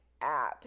apps